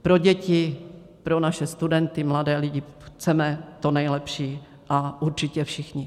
Pro děti, pro naše studenty, mladé lidi chceme to nejlepší a určitě všichni.